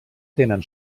tenen